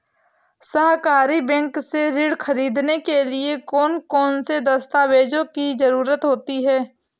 सहकारी बैंक से ऋण ख़रीदने के लिए कौन कौन से दस्तावेजों की ज़रुरत होती है?